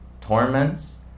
torments